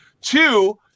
Two